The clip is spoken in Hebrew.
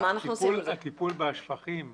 הטיפול בשפכים מתערבב,